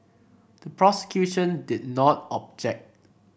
the prosecution did not object